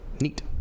neat